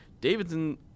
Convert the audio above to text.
Davidson